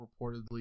reportedly